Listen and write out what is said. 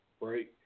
right